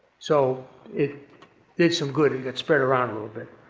so it did some good, it got spread around a little bit.